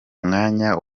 mwanya